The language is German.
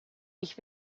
ich